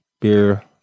beer